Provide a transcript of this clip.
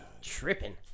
Tripping